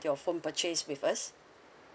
your phone purchase with us